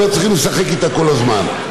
ולא צריכים לשחק איתה כל הזמן.